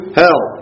hell